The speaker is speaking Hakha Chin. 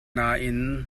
nain